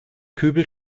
kübel